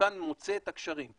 הממוכן מוצא את הקשרים.